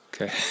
Okay